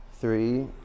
three